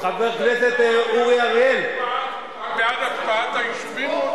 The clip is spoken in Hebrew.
ראש בית"ר היה בעד הקפאת יישובים?